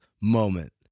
moment